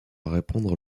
répandre